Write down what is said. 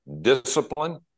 discipline